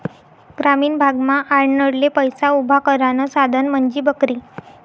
ग्रामीण भागमा आडनडले पैसा उभा करानं साधन म्हंजी बकरी